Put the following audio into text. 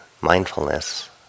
mindfulness